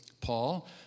Paul